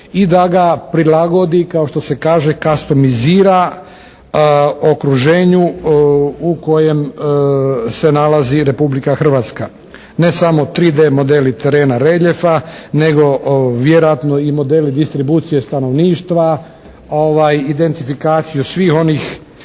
i da ga prilagodi kao što se kaže kastumizira okruženju u kojem se nalazi Republika Hrvatska. Ne samo 3D modeli terena reljefa, nego vjerojatno i modeli distribucije stanovništva, identifikaciju svih onih